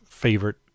favorite